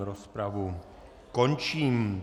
Rozpravu končím.